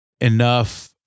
enough